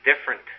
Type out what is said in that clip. different